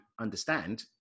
understand